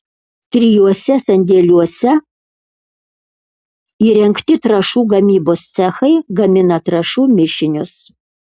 trijuose sandėliuose įrengti trąšų gamybos cechai gamina trąšų mišinius